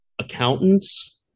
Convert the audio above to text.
accountants